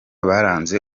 baranze